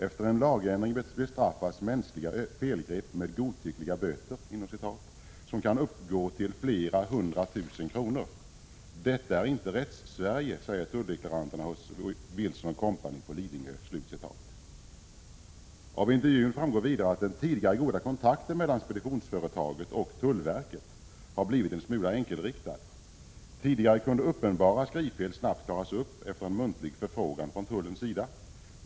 Efter en lagändring bestraffas mänskliga felgrepp med godtyckliga ”böter” som kan uppgå till flera hundra tusen kronor. Detta är inte Rättssverige, säger tulldeklaranterna hos Wilson & Co på Lidingö. Av intervjun framgår vidare att den tidigare goda kontakten mellan speditionsföretaget och tullverket har blivit en smula enkelriktad. Tidigare kunde uppenbara skrivfel snabbt klaras upp efter en muntlig förfrågan från tullens sida.